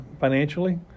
financially